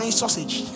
sausage